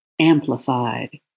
amplified